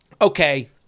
okay